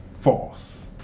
false